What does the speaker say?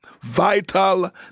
vital